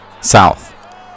South